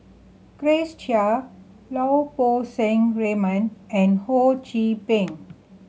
Grace Chia Lau Poo Seng Raymond and Ho Chee Ping